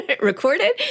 recorded